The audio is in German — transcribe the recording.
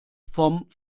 vom